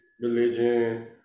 religion